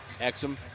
Exum